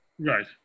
Right